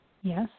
Yes